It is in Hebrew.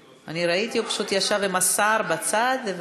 ראיתי, הוא פשוט ישב עם השר בצד.